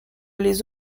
les